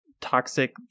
toxic